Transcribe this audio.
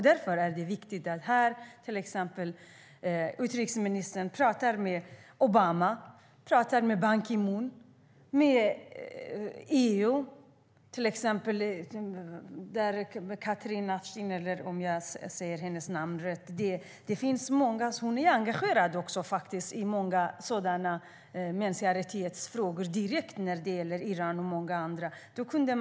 Därför är det viktigt att utrikesministern pratar med Obama, Ban Ki Moon och med Catherine Ashton, som är engagerad i många människorättsfrågor direkt när det gäller Iran och många andra länder.